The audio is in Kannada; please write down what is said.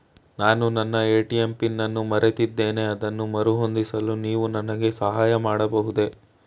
ನಾನು ನನ್ನ ಎ.ಟಿ.ಎಂ ಪಿನ್ ಅನ್ನು ಮರೆತಿದ್ದೇನೆ ಅದನ್ನು ಮರುಹೊಂದಿಸಲು ನೀವು ನನಗೆ ಸಹಾಯ ಮಾಡಬಹುದೇ?